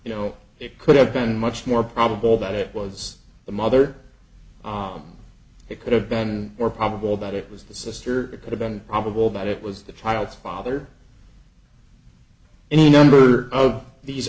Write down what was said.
you know it could have been much more probable that it was the mother ah it could have been more probable that it was the sister it could have been probable that it was the child's father and a number of these